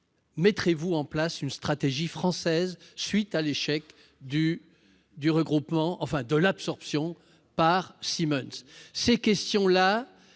mettrez-vous en place une stratégie française à la suite de l'échec de l'absorption par Siemens ?